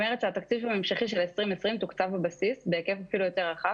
התקציב ההמשכי של 2020 תוקצב בבסיס בהיקף יותר רחב